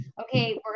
okay